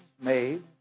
made